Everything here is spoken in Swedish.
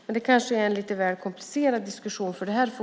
Men det kanske är en lite väl komplicerad diskussion för detta forum.